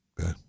okay